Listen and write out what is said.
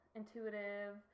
intuitive